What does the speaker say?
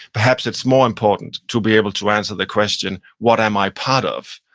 perhaps it's more important to be able to answer the question, what am i part of,